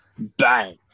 Bang